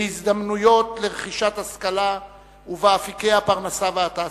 בהזדמנויות לרכישת השכלה ובאפיקי הפרנסה והתעסוקה.